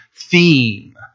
theme